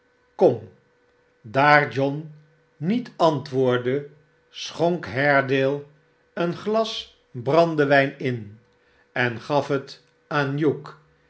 kom daar john niet antwoordde schonk haredale een glas brandewijn in en gaf het